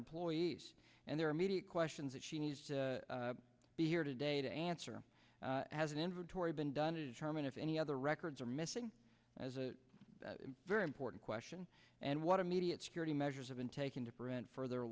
employees and their immediate questions that she needs to be here today to answer as an inventory been done is herman if any other records are missing as a very important question and what immediate security measures have been taken to prevent further